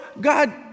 God